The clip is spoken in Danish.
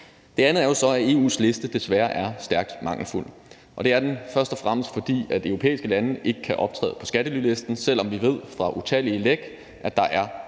Det andet er så, at EU's liste desværre er stærkt mangelfuld. Det er den først og fremmest, fordi europæiske lande ikke kan optræde på skattelylisten, selv om vi ved fra utallige læk, at der er